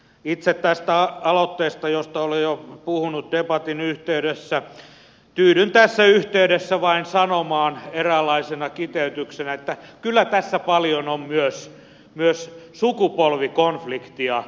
itse tästä aloitteesta josta olen puhunut jo debatin yhteydessä tyydyn tässä yhteydessä sanomaan vain eräänlaisena kiteytyksenä että kyllä tässä paljon on myös sukupolvikonfliktia